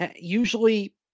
usually